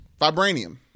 Vibranium